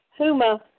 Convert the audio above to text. Huma